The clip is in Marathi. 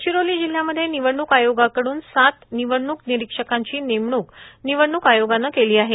गडचिरोली जिल्ह्यामध्ये निवडणूक आयोगाकडून तब्बल सात निवडणूक निरीक्षकांची नेमणूक निवडणूक आयोगानं केली आहे